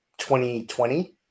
2020